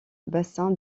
bassin